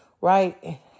right